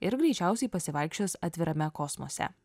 ir greičiausiai pasivaikščios atvirame kosmose